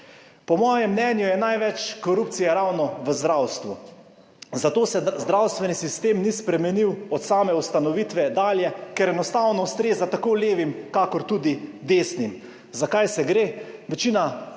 Po mojem mnenju je največ korupcije ravno v zdravstvu, zato se zdravstveni sistem ni spremenil od same ustanovitve dalje, ker enostavno ustreza tako levim, kakor tudi desnim. Za kaj se gre?